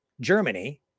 Germany